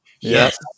Yes